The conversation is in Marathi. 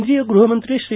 केंद्रीय गृहमंत्री श्री